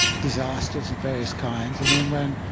disasters of various kinds. i mean when